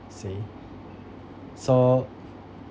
say so